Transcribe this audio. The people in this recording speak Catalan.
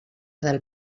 del